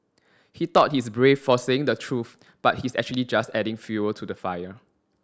he thought he's brave for saying the truth but he's actually just adding fuel to the fire